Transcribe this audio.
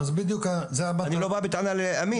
אני לא בטענה לאמין.